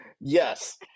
yes